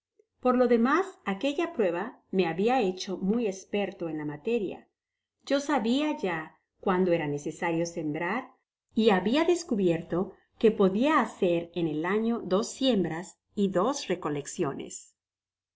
por lo demas aquella prueba me habia hecho muy esperto en la materia yo sabia ya cuando era necesario sembrar y habia descubierto que podia hacer en el ano dos siembras y dos recolecciones